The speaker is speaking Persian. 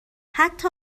حتی